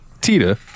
Tita